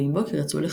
ועם בוקר יצאו לחפשו.